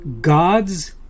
God's